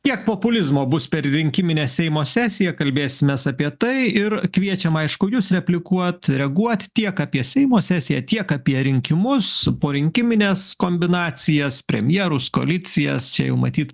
kiek populizmo bus per rinkiminę seimo sesiją kalbėsimės apie tai ir kviečiam aišku jus replikuot reaguot tiek apie seimo sesiją tiek apie rinkimus porinkimines kombinacijas premjerus koalicijas čia jau matyt